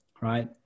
right